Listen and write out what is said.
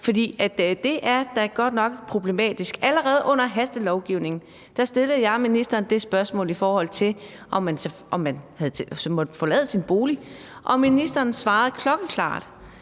For det er da godt nok problematisk. Allerede under hastelovgivningen stillede jeg ministeren det spørgsmål, i forhold til om man så måtte forlade sin bolig, og ministeren svarede klokkeklart,